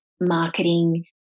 marketing